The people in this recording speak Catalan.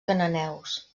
cananeus